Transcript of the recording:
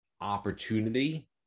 opportunity